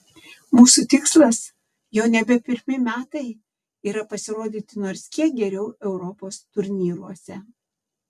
mūsų tikslas jau nebe pirmi metai yra pasirodyti nors kiek geriau europos turnyruose